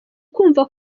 kwumva